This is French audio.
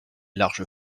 larges